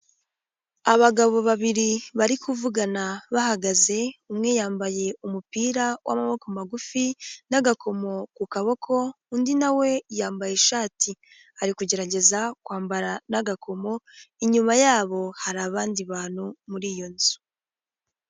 Abagabo babiri bari kuvugana bahagaze, umwe yambaye umupira w'amaboko magufi n'agakomo ku kaboko, undi nawe yambaye ishati, ari kugerageza kwambara n'agakomo, inyuma yabo hari abandi bantu, muri iyo nzu.